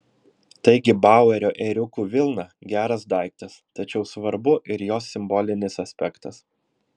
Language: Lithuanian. taigi bauerio ėriukų vilna geras daiktas tačiau svarbu ir jos simbolinis aspektas